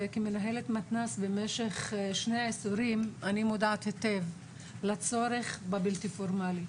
כמנהלת מתנ"ס במשך שני עשורים אני מודעת היטב לצורך בבלתי פורמלי.